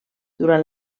durant